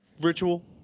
Ritual